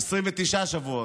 29. 29 שבועות.